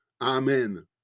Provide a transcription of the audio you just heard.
Amen